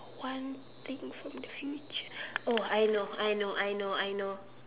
one thing from the future oh I know I know I know I know